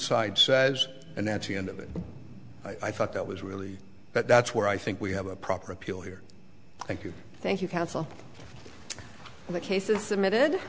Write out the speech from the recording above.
side says and that's the end of it i thought that was really that's where i think we have a proper appeal here thank you thank you consul the case is submitted